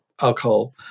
alcohol